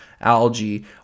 algae